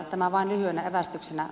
tämä vain lyhyenä evästyksenä